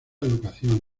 educación